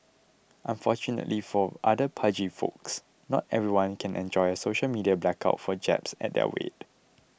unfortunately for other pudgy folks not everyone can enjoy a social media blackout for jabs at their weight